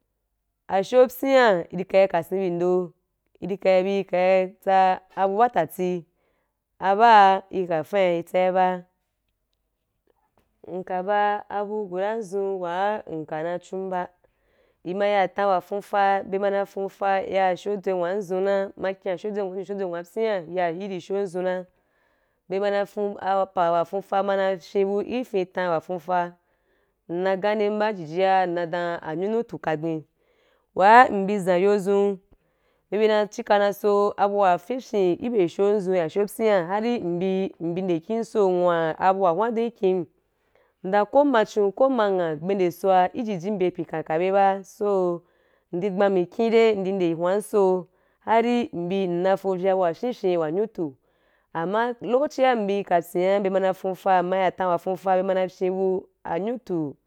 Asho byiem i di ka i ka sen bí ndo i di ka i bi kai tsa abu batati a ba i ka fyen i tsai ba nka baa abu gu da an dzun wa nka na chum ba i ma ya tam wa fuufa bye ma na fuufa ma ya asho dzugwanzun na ma gyam asho dzungwanzun ya asho dzungwanu abyaa ya í rí asho an dzun na bye ma na fun apa wa fuufa ma rí na fyen bu i fam wa fuufa nna gani ba i ji ji nna i dan onyunu tu ka gbai wa nbi zan yo zun i bí chika na so abu wa fyen fyen i bya asho andzum ya asho abuyín harí mbi andzum ya asho abuyian hari mbi mbi nde kín so ngwan abu wa hwan du i kím ndan ko mma chu ko mma nghan be nde soa i jijim bye i pen kan kan be ba so ndi gba mikin de ndi nde a hwan i soo hari mbi naa fo vya abu wa fyen fyen ba a nyutu ama lokoci mbi kapya bye ma na fuufa mma ya tan wa fuufa bye naa na fyen bu wa nyuutu.